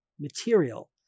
material